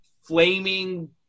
flaming